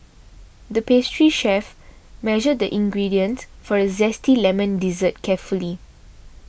the pastry chef measured the ingredients for a Zesty Lemon Dessert carefully